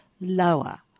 lower